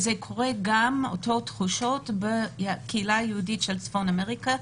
ואותן תחושות יש בקהילה היהודית של צפון אמריקה,